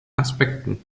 aspekten